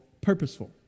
purposeful